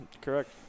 Correct